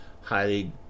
highly